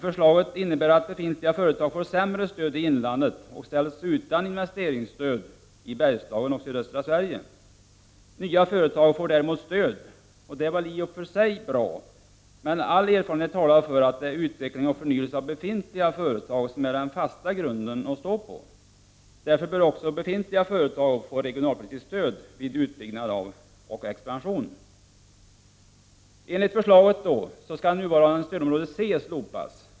Förslaget innebär att befintliga företag får sämre stöd i inlandet och ställs utan investeringsstöd i Bergslagen och sydöstra Sverige. Nya företag får däremot stöd, och det är väl i och för sig bra, men all erfarenhet talar för att det är utveckling och förnyelse av befintliga företag som är den fasta grunden att stå på. Därför bör också befintliga företag få regionalpolitiskt stöd vid utbyggnad och expansion. Enligt förslaget skall nuvarande stödområde C slopas.